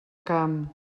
camp